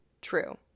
true